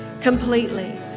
completely